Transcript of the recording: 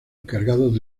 encargados